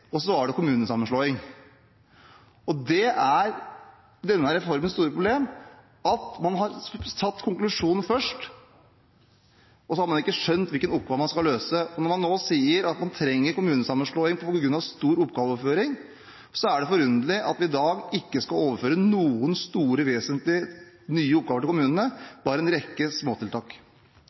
og så var det kommunesammenslåing. Og dét er denne reformens store problem, at man har satt konklusjonen først, og så har man ikke skjønt hvilken oppgave man skal løse. Og når man nå sier at man trenger kommunesammenslåing på grunn av stor oppgaveføring, er det forunderlig at vi i dag ikke skal overføre noen store og vesentlige oppgaver til kommunene, bare en rekke småtiltak.